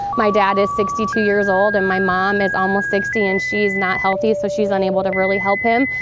my dad is sixty two years old and my mom is almost sixty and she's not healthy so she's unable to really help him.